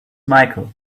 michael